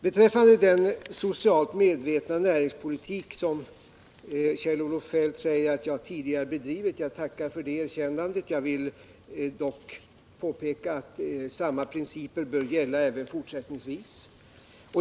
Beträffande den socialt medvetna näringspolitik som Kjell-Olof Feldt sade att jag tidigare bedrivit — jag tackar för det erkännandet — vill jag påpeka att samma principer bör gälla även fortsättningsvis.